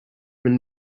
been